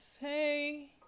hey